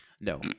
No